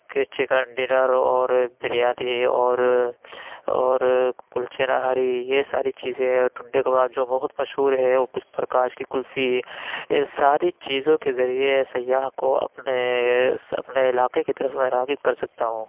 کہ chicken dinner اور بریانی اور اور کُلچے نہاری یہ ساری چیزیں ہیں اور ٹنڈے کباب جو بہت مشہور ہیں اپل پرکاش کی کُلفی یہ ساری چیزوں کے ذریعہ سیاح کو اپنے اپنے علاقے کی طرف میں راغب کر سکتا ہوں